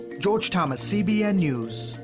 george thomas, cbn news,